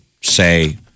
say